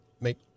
make